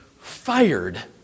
fired